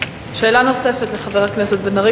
שאלה נוספת לחבר הכנסת בן-ארי.